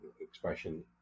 expression